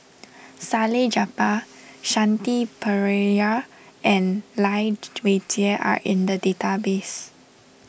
Salleh Japar Shanti Pereira and Lai Weijie are in the database